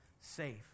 safe